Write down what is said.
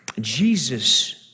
Jesus